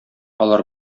алар